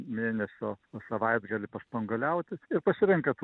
mėnesio savaitgalį paspanguoliauti ir pasirenka tų